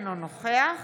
אינו נוכח